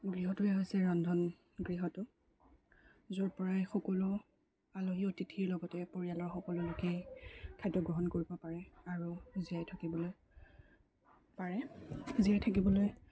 গৃহটোৱে হৈছে ৰন্ধন গৃহটো য'ৰ পৰাই সকলো আলহী অতিথিৰ লগতে পৰিয়ালৰ সকলো লোকেই খাদ্য গ্ৰহণ কৰিব পাৰে আৰু জীয়াই থাকিবলৈ পাৰে জীয়াই থাকিবলৈ